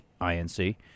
I-N-C